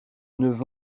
neuf